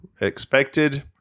expected